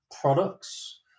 products